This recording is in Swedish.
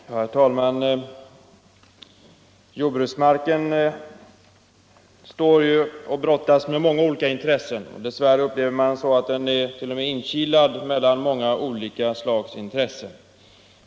Herr talman! Jordbruksmarken får brottas med många olika intressen. Man upplever det dess värre så att den t.o.m. är inkilad mellan många olika slags intressen.